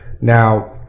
Now